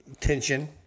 tension